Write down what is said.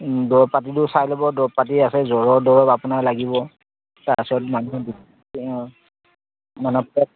দৰৱ পাতিটো চাই ল'ব দৰৱ পাতি আছে জ্বৰৰ দৰৱ আপোনাৰ লাগিব তাৰপাছত মানুহ অঁ মানে